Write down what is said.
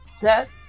set